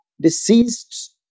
deceased